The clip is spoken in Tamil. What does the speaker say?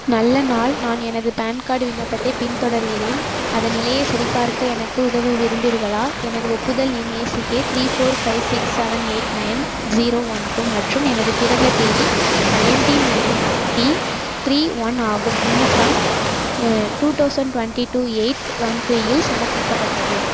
நல்ல நாள் நான் எனது பான் கார்டு விண்ணப்பத்தைப் பின்தொடர்கிறேன் அதன் நிலையை சரிபார்க்க எனக்கு உதவ விரும்புகிறீர்களா எனது ஒப்புதல் எண் A C K three four five six seven eight nine zero ஒன்னு டூ மற்றும் எனது பிறந்த தேதி நைன்டீன் நைன்ட்டி த்ரீ ஒன் ஆகும் விண்ணப்பம் two thousand twenty two eight twenty இல் சமர்ப்பிக்கப்பட்டது